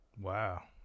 Wow